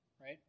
right